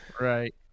right